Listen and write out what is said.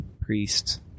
priests